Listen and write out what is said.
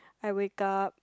I wake up